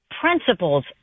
principles